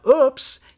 oops